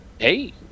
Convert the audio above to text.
Hey